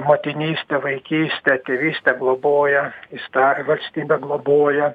motinystę vaikystę tėvystę globoja įsta valstybė globoja